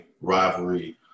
rivalry